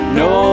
no